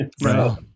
Right